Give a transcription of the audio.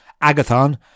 Agathon